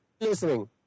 Listening